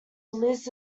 liz